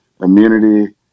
immunity